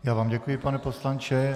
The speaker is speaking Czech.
Já vám děkuji, pane poslanče.